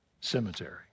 Cemetery